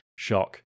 shock